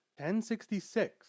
1066